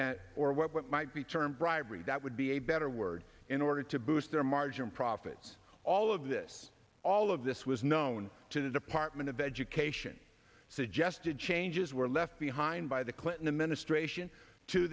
or what might be termed bribery that would be a better word in order to boost their margin profits all of this all of this was known to the department of education suggested changes were left behind by the clinton administration to